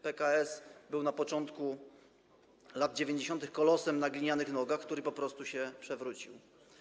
PKS był na początku lat 90. kolosem na glinianych nogach, który po prostu się przewrócił.